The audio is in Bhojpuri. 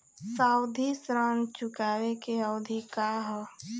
सावधि ऋण चुकावे के अवधि का ह?